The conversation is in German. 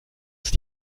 ist